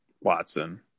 Watson